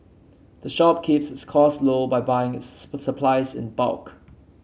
the shop keeps its cost low by buying its supplies in bulk